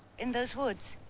in those woods?